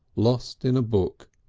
lost in a book,